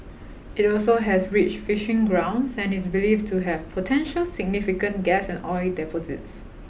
it also has rich fishing grounds and is believed to have potentially significant gas and oil deposits